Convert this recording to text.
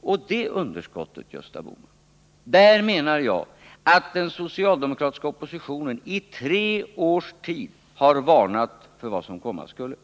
Och i fråga om budgetunderskottet menar jag att den socialdemokratiska oppositionen i tre års tid har varnat för vad som komma skulle.